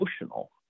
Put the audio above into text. emotional